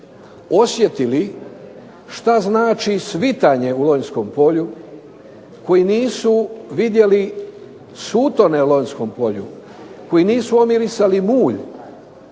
osjetili šta znači svitanje u Lonjskom polju, koji nisu vidjeli sutone u Lonjskom polju, koji nisu omirisali mulj